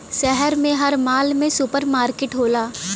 शहर में हर माल में सुपर मार्किट होला